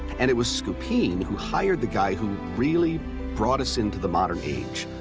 and it was scupin who hired the guy who really brought us into the modern age,